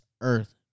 earth